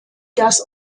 das